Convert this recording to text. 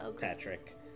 Patrick